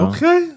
Okay